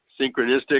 Synchronistic